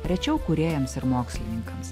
rečiau kūrėjams ir mokslininkams